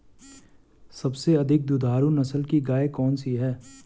सबसे अधिक दुधारू नस्ल की गाय कौन सी है?